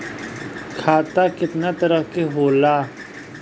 खाता केतना तरह के होला?